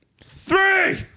Three